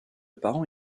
parents